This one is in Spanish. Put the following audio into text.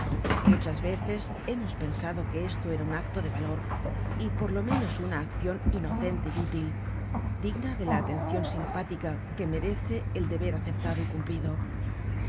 muchas veces hemos pensado que esto era un acto de valor y por lo menos una accion inocente y útil digna de la atencion simpática que merece el deber aceptado y cumplido